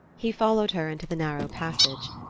he followed her into the narrow passage.